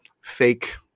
fake